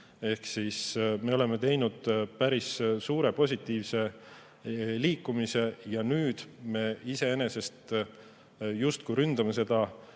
ehk siis me oleme teinud päris suure positiivse edasiliikumise. Ja nüüd me iseenesest justkui ründame seda